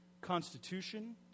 constitution